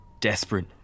Desperate